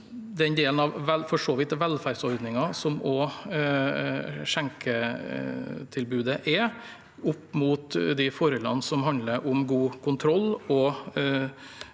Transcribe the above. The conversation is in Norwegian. så vidt – velferdsordninger, som skjenketilbudet er, opp mot de forholdene som handler om god kontroll, og